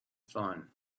fun